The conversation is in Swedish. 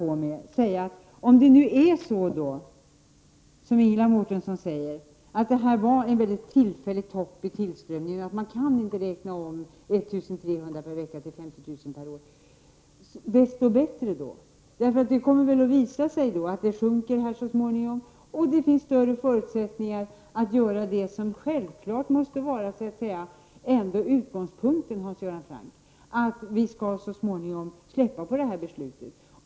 Om det verkligen är så som Ingela Mårtensson säger, att detta var en mycket tillfällig topp i tillströmningen och att man inte kan räkna om 1 300 per vecka till 50 000 per år, desto bättre! Det kommer väl i så fall att visa sig att tillströmningen sjunker så småningom. Då kommer det också, Hans Göran Franck, att finnas större förutsättningar att göra det som självfallet ändå måste vara utgångspunkten, nämligen att så småningom släppa på detta beslut.